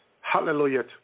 hallelujah